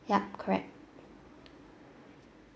yup correct